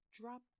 drop